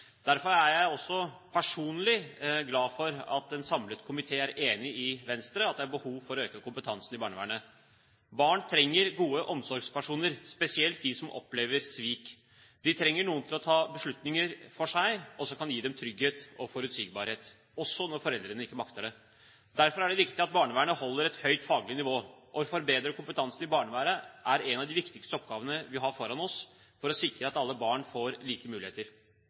Derfor er jeg også personlig glad for at en samlet komité er enig med Venstre om at det er behov for å øke kompetansen i barnevernet. Barn trenger gode omsorgspersoner, spesielt de som opplever svik. De trenger noen til å ta beslutninger for seg og som kan gi dem trygghet og forutsigbarhet – også når foreldrene ikke makter det. Derfor er det viktig at barnevernet holder et høyt faglig nivå. Å forbedre kompetansen i barnevernet er en av de viktigste oppgavene vi har foran oss for å sikre at alle barn får like muligheter.